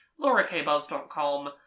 laurakbuzz.com